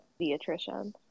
pediatrician